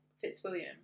Fitzwilliam